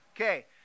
Okay